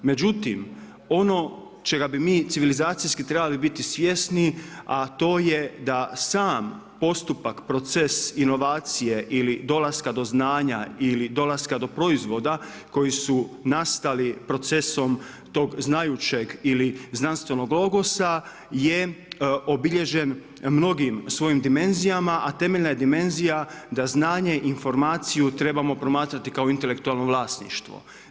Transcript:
Međutim, ono čega bi mi civilizacijski trebali biti svjesni a to je da sam postupak, proces inovacije ili dolaska do znanja ili dolaska do proizvoda koji su nastali procesom tog znajućeg ili znanstvenog ogosa je obilježen mnogim svojim dimenzijama a temeljna je dimenzija da znanje, informaciju trebamo promatrati kao intelektualno vlasništvo.